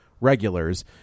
regulars